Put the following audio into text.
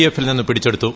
എഫിൽ നിന്ന് പിടിച്ചെടുത്തു